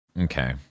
Okay